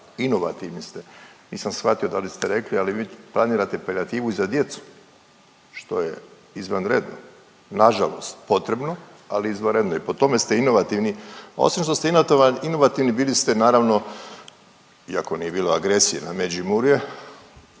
inovativni ste, nisam shvatio da li ste rekli, ali vi planirate palijativu i za djecu što je izvanredno, nažalost potrebno, ali izvanredno i po tome ste inovativni. Osim što ste inovativni bili ste naravno iako nije bila agresija na Međimurje,